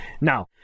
now